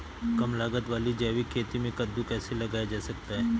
कम लागत वाली जैविक खेती में कद्दू कैसे लगाया जा सकता है?